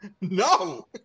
No